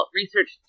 research